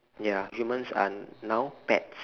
ya humans are now pets